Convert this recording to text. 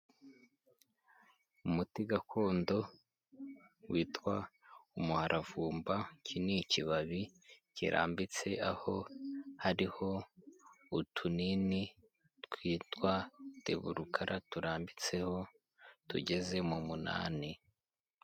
Umuti gakondo witwa umuharavumba, iki ni ikibabi kirambitse aho hariho utunini twitwa teburukara turambitseho tugeze mu munani.